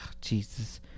Jesus